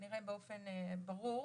כנראה באופן ברור,